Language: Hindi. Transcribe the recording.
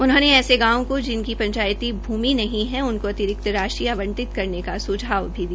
उन्होंने ऐसे गांवों को जिनकी पंचायती भूमि नहीं है उनको अतिरिक्त राशि आवंटित करने का सुझाव भी दिया